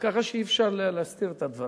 כך שאי-אפשר להסתיר את הדברים.